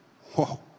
whoa